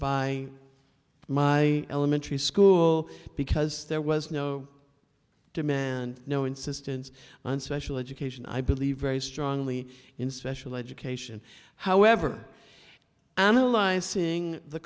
by my elementary school because there was no demand no insistence on special education i believe very strongly in special education however analyzing the